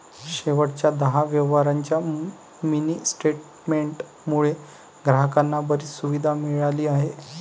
शेवटच्या दहा व्यवहारांच्या मिनी स्टेटमेंट मुळे ग्राहकांना बरीच सुविधा मिळाली आहे